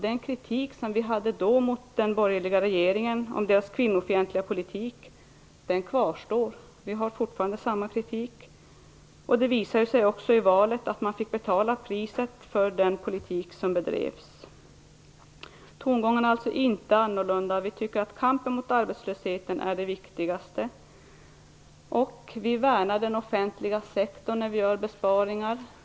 Den kritik som vi då hade mot den borgerliga regeringen för deras kvinnofientliga politik kvarstår. Vi har fortfarande samma kritik. Det visade sig också i valet att man fick betala priset för den politik som bedrevs. Tongångarna är alltså inte annorlunda. Vi tycker att kampen mot arbetslösheten är det viktigaste. Vi värnar den offentliga sektorn när vi gör besparingar.